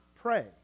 pray